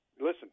listen